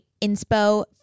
inspo